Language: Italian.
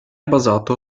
basato